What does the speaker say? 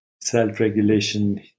self-regulation